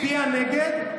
הצביעה נגד,